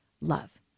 love